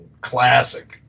classic